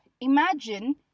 imagine